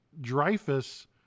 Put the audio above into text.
Dreyfus